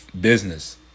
business